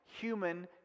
human